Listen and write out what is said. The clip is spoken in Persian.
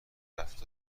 رفت